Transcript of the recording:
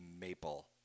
maple